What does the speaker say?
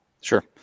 Sure